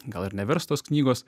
gal ir nevers tos knygos